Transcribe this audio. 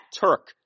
Turk